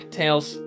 tails